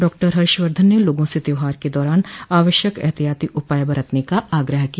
doctor Harshvardhan ने लोगों से त्योहारों के दौरान आवश्यक ऐहतियातो उपाय बरतने का आग्रह किया